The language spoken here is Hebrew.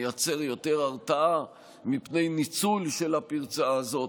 ונייצר יותר הרתעה מפני ניצול של הפרצה הזאת.